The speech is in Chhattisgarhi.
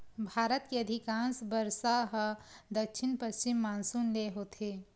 भारत के अधिकांस बरसा ह दक्छिन पस्चिम मानसून ले होथे